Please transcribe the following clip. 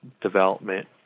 development